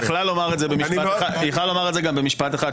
היא יכלה לומר את זה גם במשפט אחד,